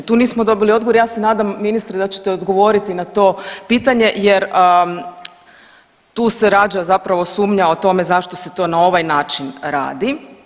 Tu nismo dobili odgovor, ja se nadam, ministre, da ćete odgovoriti na to pitanje jer tu se rađa zapravo sumnja o tome zašto se to na ovaj način radi.